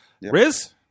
Riz